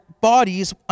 bodies